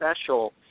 special